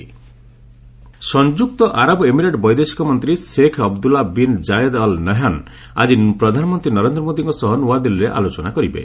India UAE ସଂଯୁକ୍ତ ଆରବ Emirate ବୈଦେଶିକ ମନ୍ତ୍ରୀ Sheikh Abdullah bin Zayed Al Nahyan ଆଜି ପ୍ରଧାନମନ୍ତ୍ରୀ ନରେନ୍ଦ୍ର ମୋଦିଙ୍କ ସହ ନ୍ତଆଦିଲ୍ଲୀରେ ଆଲୋଚନା କରିବେ